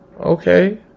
Okay